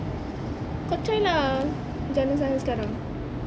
kau try lah jalan sana sekarang